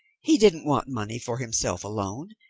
he didn't want money for himself alone.